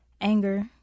anger